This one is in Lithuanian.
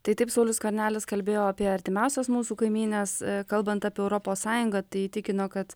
tai taip saulius skvernelis kalbėjo apie artimiausias mūsų kaimynes kalbant apie europos sąjungą tai įtikino kad